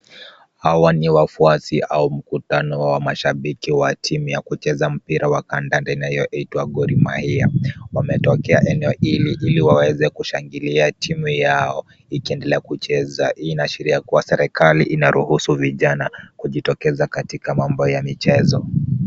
Hawa ni wafuazi au mkutano wa mashabiki wa timu ya kucheza mpira wa kandanda inayoitwa Gor mahia ,wametokea eneo hili waweze kushangilia timu yao , ikiendelea kucheza hii inaashiria kua serikali inaruhusu vijana kujitokeza kwa mambo ya michezo .